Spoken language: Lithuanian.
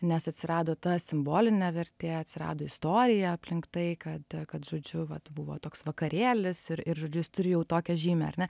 nes atsirado ta simbolinė vertė atsirado istorija aplink tai kad kad žodžiu vat buvo toks vakarėlis ir ir žodžiu jis turi jau tokią žymę ar ne